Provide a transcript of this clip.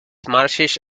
marshes